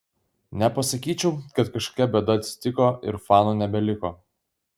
nepasakyčiau kad kažkokia bėda atsitiko ir fanų nebeliko